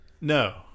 No